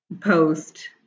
post